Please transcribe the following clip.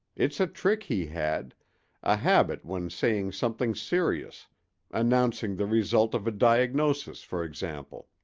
it's a trick he had a habit when saying something serious announcing the result of a diagnosis, for example.